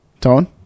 Tone